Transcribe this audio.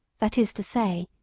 that is to say,